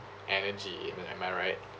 energy even am I right